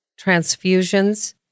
transfusions